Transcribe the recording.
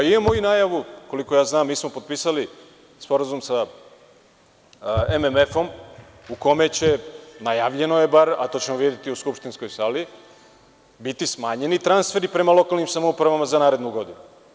Imamo najavu, koliko znam, potpisali smo Sporazum sa MMF u kome će, najavljeno je bar, a to ćemo videti u skupštinskoj sali, biti smanjeni transferi prema lokalnim samoupravama za narednu godinu.